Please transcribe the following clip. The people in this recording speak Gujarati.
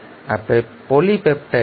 આ પોલીપેપ્ટાઈડ છે